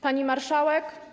Pani Marszałek!